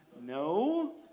No